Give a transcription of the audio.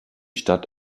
stadt